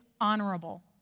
honorable